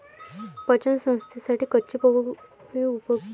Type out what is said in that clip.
पचन संस्थेसाठी कच्ची पपई उपयुक्त आहे